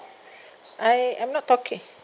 I I'm not talking